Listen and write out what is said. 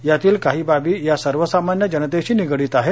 यातील काही बाबी या सर्वसामान्य जनतेशी निगडित आहेत